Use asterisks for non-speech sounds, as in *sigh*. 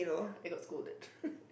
I got scolded *laughs*